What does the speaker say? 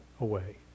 away